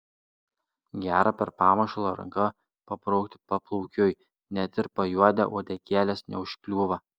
gera per pamušalą ranka pabraukti paplaukiui net ir pajuodę uodegėlės neužkliūva